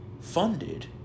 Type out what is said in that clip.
funded